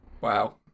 Wow